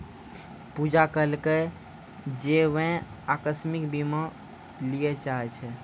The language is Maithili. पूजा कहलकै जे वैं अकास्मिक बीमा लिये चाहै छै